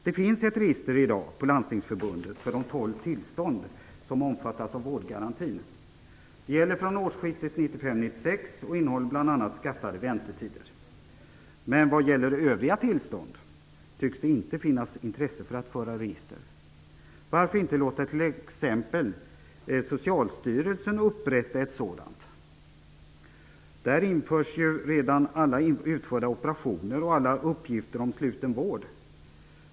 Det finns i dag ett register på Landstingsförbundet för de tolv tillstånd som omfattas av vårdgarantin. Det gäller från årsskiftet 1995/96 och innehåller bl.a. skattade väntetider. Men vad gäller övriga tillstånd tycks det inte finnas intresse av att föra register. Varför inte låta t.ex. Socialstyrelsen upprätta ett sådant? Där införs ju redan uppgifter om alla utförda operationer och om sluten vård.